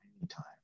Anytime